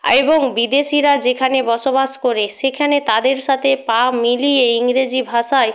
এবং বিদেশিরা যেখানে বসবাস করে সেখানে তাদের সাথে পা মিলিয়ে ইংরেজি ভাষায়